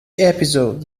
episode